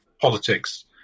politics